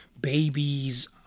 babies